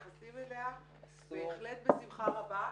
מתייחסים אליה בהחלט בשמחה רבה.